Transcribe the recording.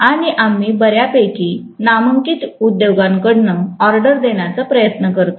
आणि आम्ही बर्यापैकी नामांकित उद्योगांकडून ऑर्डर देण्याचा प्रयत्न करतो